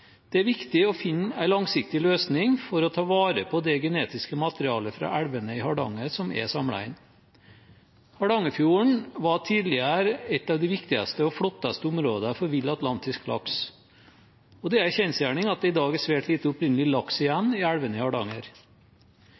Det er viktig å finne en langsiktig løsning for å ta vare på det genetiske materialet fra elvene i Hardanger som er samlet inn. Hardangerfjorden var tidligere et av de viktigste og flotteste områdene for vill atlantisk laks, og det er en kjensgjerning at det i dag er svært lite opprinnelig laks igjen i elvene i Hardanger.